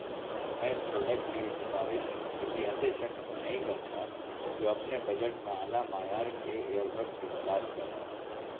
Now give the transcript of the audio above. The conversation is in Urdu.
میں اس پروڈکٹ کی یہ سفارش کسی ایسے شخص کو نہیں کروں گا جو اپنے بجٹ میں اعلیٰ معیار کے ایئر بڈس کی تلاش کر رہا ہو